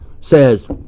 says